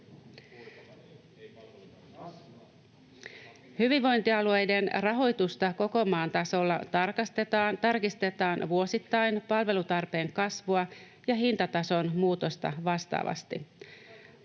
Hyvinvointialueiden rahoitusta koko maan tasolla tarkistetaan vuosittain palvelutarpeen kasvua ja hintatason muutosta vastaavasti.